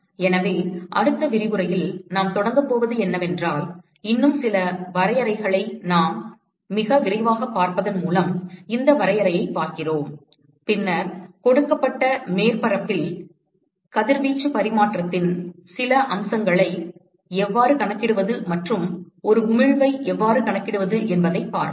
எனவே அடுத்த விரிவுரையில் நாம் தொடங்கப் போவது என்னவென்றால் இன்னும் சில வரையறைகளை மிக விரைவாகப் பார்ப்பதன் மூலம் இந்த வரையறையைப் பார்க்கிறோம் பின்னர் கொடுக்கப்பட்ட மேற்பரப்பில் கதிர்வீச்சு பரிமாற்றத்தின் சில அம்சங்களை எவ்வாறு கணக்கிடுவது மற்றும் ஒரு உமிழ்வை எவ்வாறு கணக்கிடுவது என்பதைப் பார்ப்போம்